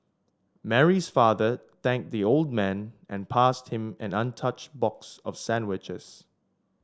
Mary's father thanked the old man and passed him an untouched box of sandwiches